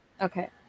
Okay